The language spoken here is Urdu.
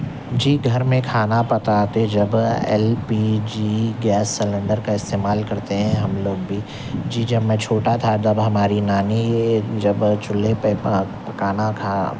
جی گھر میں کھانا پکاتے جب L P G gas cylinder کا استعمال کرتے ہیں ہم لوگ بھی جی جب میں چھوٹا تھا جب ہماری نانی جب چولہے پہ پکانا تھا